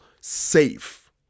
safe